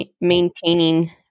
maintaining